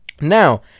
Now